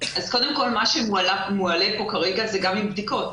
קודם כל, מה שמועלה כאן כרגע זה גם עם בדיקות.